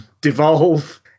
devolve